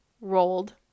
rolled